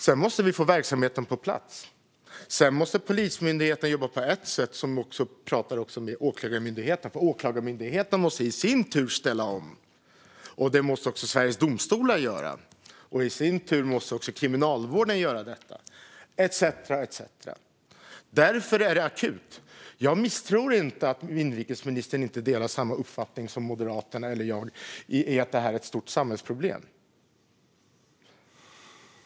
Vi måste få verksamheten på plats, och sedan måste Polismyndigheten jobba tillsammans med Åklagarmyndigheten. Åklagarmyndigheten måste i sin tur ställa om, och det måste också Sveriges Domstolar göra - och i sin tur Kriminalvården, etcetera. Därför är detta akut. Jag tror att inrikesministern delar uppfattning med Moderaterna och mig i att det här är ett stort samhällsproblem.